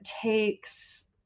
takes